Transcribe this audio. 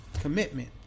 commitment